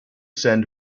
send